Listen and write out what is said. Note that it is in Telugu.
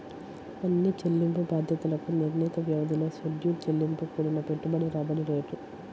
అన్ని చెల్లింపు బాధ్యతలకు నిర్ణీత వ్యవధిలో షెడ్యూల్ చెల్లింపు కూడిన పెట్టుబడి రాబడి రేటు